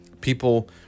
People